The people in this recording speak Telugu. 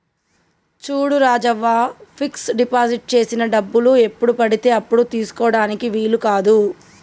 చూడు రాజవ్వ ఫిక్స్ డిపాజిట్ చేసిన డబ్బులు ఎప్పుడు పడితే అప్పుడు తీసుకుటానికి వీలు కాదు